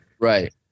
Right